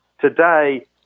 Today